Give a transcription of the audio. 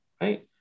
right